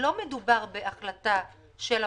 מדובר בהחלטה של הממשלה.